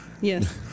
yes